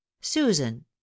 susan